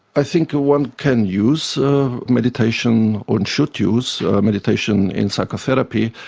i think ah one can use meditation or should use meditation in psychotherapy,